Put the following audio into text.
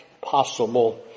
possible